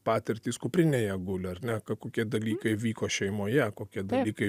patirtys kuprinėje guli ar ne ką kokie dalykai vyko šeimoje kokie dalykai